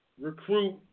recruit